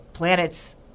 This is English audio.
planets